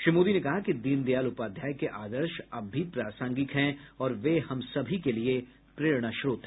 श्री मोदी ने कहा कि दीनदयाल उपाध्याय के आदर्श अब भी प्रासंगिक हैं और वे हम सभी के लिए प्रेरणास्रोत हैं